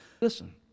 Listen